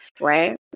right